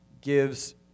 gives